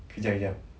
kejap kejap